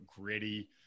gritty